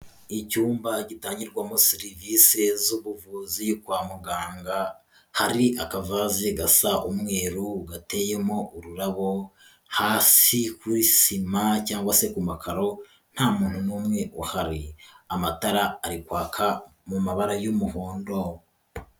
Icyumba gitangirwamo serivisi z'ubuvuzi kwa muganga, hari akavazi gasa umweru gateyemo ururabo, hasi kuri sima cyangwa se ku makaro ntamuntu numwe uhari, amatara ari kwaka mu mabara y'umuhondo.